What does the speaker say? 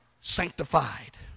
Sanctified